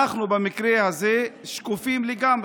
אנחנו במקרה הזה שקופים לגמרי,